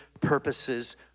purposes